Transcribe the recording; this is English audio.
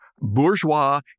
bourgeois